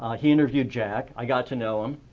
ah he interviewed jack. i got to know him,